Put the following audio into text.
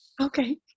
Okay